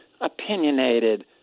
opinionated